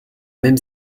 même